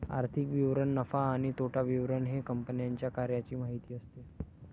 आर्थिक विवरण नफा आणि तोटा विवरण हे कंपन्यांच्या कार्याची माहिती असते